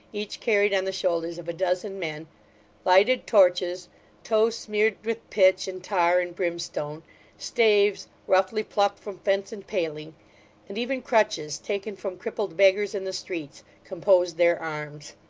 each carried on the shoulders of a dozen men lighted torches tow smeared with pitch, and tar, and brimstone staves roughly plucked from fence and paling and even crutches taken from crippled beggars in the streets composed their arms.